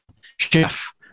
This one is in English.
chef